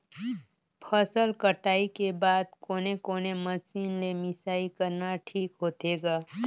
फसल कटाई के बाद कोने कोने मशीन ले मिसाई करना ठीक होथे ग?